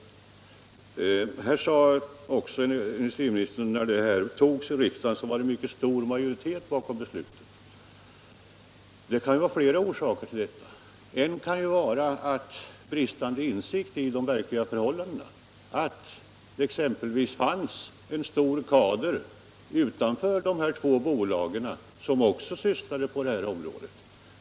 Energiministern sade att när detta beslut togs i riksdagen var majoriteten bakom det mycket stor. Orsakerna till det kan vara fler. En kan vara bristande insikt i de verkliga förhållandena — exempelvis att det fanns en stor kader utanför de två bolagen som också arbetade på det här området.